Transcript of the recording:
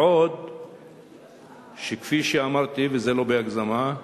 בעוד שכפי שאמרתי, וזה לא בהגזמה,